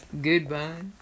Goodbye